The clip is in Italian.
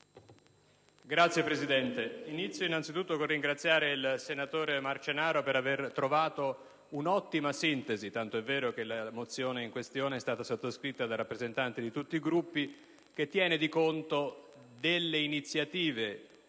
Signor Presidente, inizio innanzi tutto rivolgendo un ringraziamento al senatore Marcenaro per aver trovato un'ottima sintesi, tant'è vero che la mozione in esame è stata sottoscritta da rappresentanti di tutti i Gruppi, poiché tiene conto delle iniziative